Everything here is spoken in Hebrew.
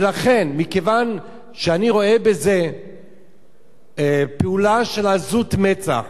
ולכן, מכיוון שאני רואה בזה פעולה של עזות מצח,